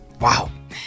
Wow